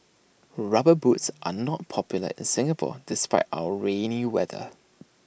rubber boots are not popular in Singapore despite our rainy weather